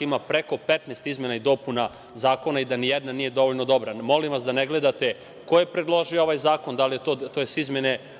ima preko 15 izmena i dopuna zakona, i da nijedna nije dovoljno dobra. Molim vas da ne gledate ko je predložio ovaj zakon, tj. izmene